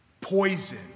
poison